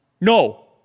No